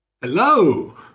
Hello